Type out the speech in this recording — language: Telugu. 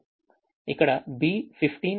ఇక్కడ B15 ≥ D15 ఉన్నది